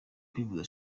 kwivuza